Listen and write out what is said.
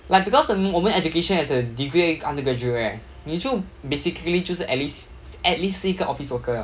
like because the 我们 education as a degree undergraduate right 你就 basically 就是 at least at least 是一个 office worker 了